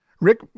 Rick